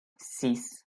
six